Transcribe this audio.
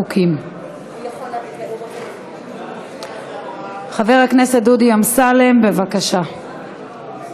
הצעת החוק לתיקון פקודת מסי העירייה ומסי הממשלה (פטורין) (מס'